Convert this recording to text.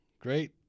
great